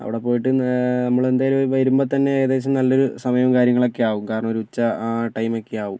അവിടെപ്പോയിട്ട് നമ്മളെന്തായാലും വരുമ്പോൾ തന്നെ ഏകദേശം നല്ലൊരു സമയം കാര്യങ്ങളൊക്കെ ആകും കാരണമൊരു ഉച്ച ആ ടൈമൊക്കെ ആകും